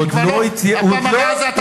אתה יודע, הוא עוד לא, בפעם הבאה אתה בחוץ.